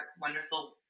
wonderful